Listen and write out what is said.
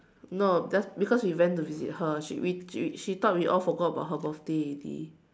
no just because we went visit her she we she thought we all forgot about her birthday already